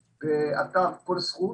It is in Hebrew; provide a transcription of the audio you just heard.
ובאתר כל זכות,